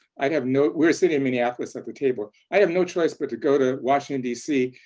i'd have no we were sitting in minneapolis at the table i'd have no choice but to go to washington, dc,